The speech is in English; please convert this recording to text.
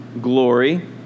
glory